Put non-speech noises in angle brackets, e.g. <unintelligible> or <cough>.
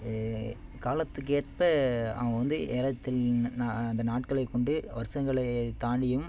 ஏ காலத்துக்கு ஏற்ப அவங்க வந்து <unintelligible> அந்த நாட்களை கொண்டு வருஷங்களை தாண்டியும்